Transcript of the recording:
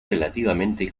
relativamente